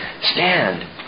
stand